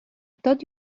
thought